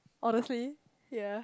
honestly yea